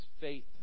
faith